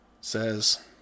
says